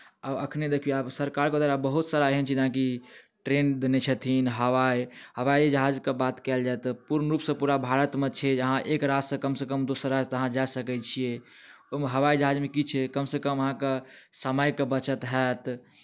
आब एखने देखियौ आब सरकारके द्वारा बहुत सारा एहन छै जेनाकि ट्रेन देने छथिन हवाइ हवाइ जहाजके बात कयल जाय तऽ पूर्ण रूपसँ पूरा भारतमे छियै अहाँ एक राज्यसँ कमसँ कम दोसर राज्य तऽ अहाँ जा सकैत छियै ओहिमे हवाइ जहाजमे की छियै कमसँ कम अहाँके समयके बचत होयत